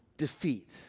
defeat